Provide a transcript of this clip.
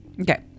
Okay